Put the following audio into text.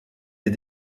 des